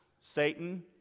Satan